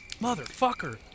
Motherfucker